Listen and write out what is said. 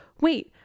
wait